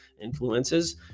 influences